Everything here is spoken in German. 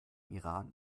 iran